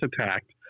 attacked